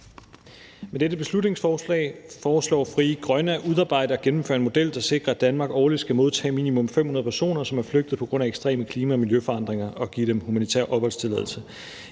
Med dette beslutningsforslag foreslår Frie Grønne, at der skal udarbejdes og gennemføres en model, der sikrer, at Danmark årligt skal modtage minimum 500 personer, som er flygtet på grund af ekstreme klima- og miljøforandringer, og give dem humanitær opholdstilladelse.